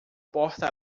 porta